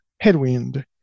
headwind